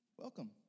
welcome